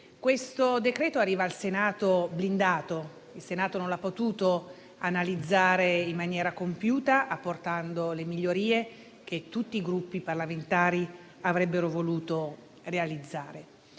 nostro esame arriva blindato al Senato, che non l'ha potuto analizzare in maniera compiuta apportando le migliorie che tutti i Gruppi parlamentari avrebbero voluto realizzare.